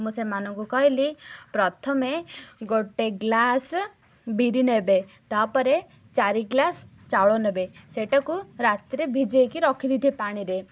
ମୁଁ ସେମାନଙ୍କୁ କହିଲି ପ୍ରଥମେ ଗୋଟେ ଗ୍ଲାସ୍ ବିରି ନେବେ ତା'ପରେ ଚାରି ଗ୍ଲାସ୍ ଚାଉଳ ନେବେ ସେଇଟାକୁ ରାତିରେ ଭିଜେଇକି ରଖିଦେଇଥି ପାଣିରେ